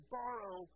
borrow